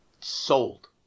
sold